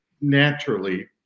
naturally